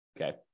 Okay